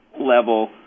level